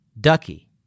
Ducky